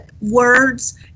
words